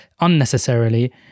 unnecessarily